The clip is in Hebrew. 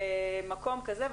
במקום כזה,